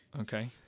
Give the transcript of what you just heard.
Okay